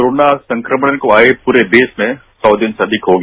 corona संक्रमण को आए पूरे देश में सौ दिन से अधिक हो गया